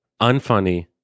Unfunny